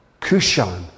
Kushan